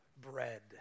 bread